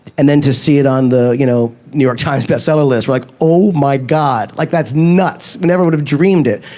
and then to see it on the you know new york times bestseller list. we're like, oh, my god. like, that's nuts. we never would've dreamed it.